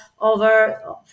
over